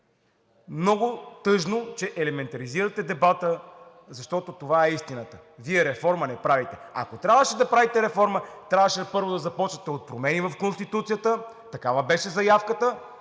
Много е тъжно, че елементаризирате дебата, защото това е истината – Вие реформа не правите. Ако трябваше да правите реформа, първо, трябваше да започнете от промени в Конституцията – такава беше заявката.